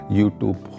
YouTube